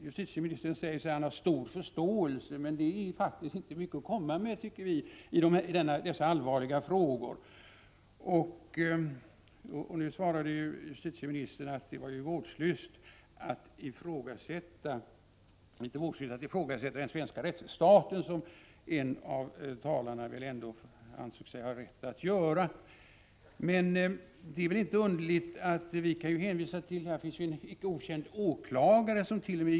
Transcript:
Justitieministern säger sig ha stor förståelse för problemen, men det är faktiskt inte mycket att komma med i dessa allvarliga ärenden. Justitieministern sade nyss att det var litet vårdslöst att ifrågasätta den svenska rättsstaten, som en av talarna ändå ansåg sig ha rätt att göra. Men det är väl inte underligt att man gör det. Man kan ju hänvisa till en icke okänd åklagare, somt.o.m.